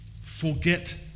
forget